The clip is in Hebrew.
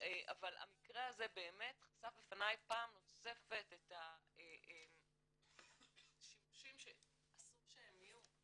אבל המקרה הזה חשף בפניי פעם נוספת את השימושים שאסור שהם יהיו,